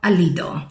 Alido